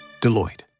Deloitte